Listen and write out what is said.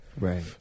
Right